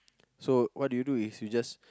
so what do you do we just